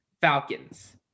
Falcons